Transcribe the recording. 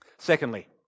Secondly